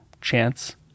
chance